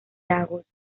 lagos